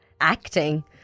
acting